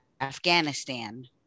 Afghanistan